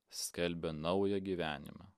skelbia naują gyvenimą